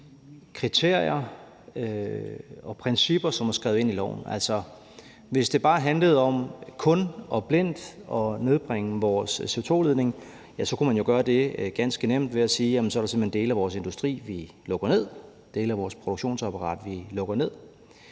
kriterier og principper, som er skrevet ind i loven. Hvis det bare handlede om kun og blindt at nedbringe vores CO2-udledning, kunne man jo gøre det ganske nemt ved at sige, at så er der simpelt hen dele af vores industri, vi lukker ned, og dele af vores produktionsapparat, vi lukker ned.